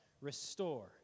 restore